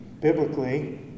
biblically